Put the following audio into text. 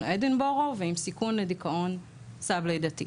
אדינבורו ועם סיכון לדיכאון "סאב-לידתי".